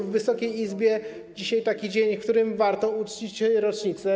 W Wysokiej Izbie dzisiaj jest taki dzień, w którym warto uczcić rocznice.